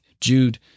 Jude